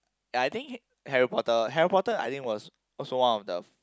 ya I think Harry-Potter Harry-Potter I think was also one of the